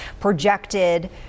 projected